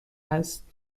است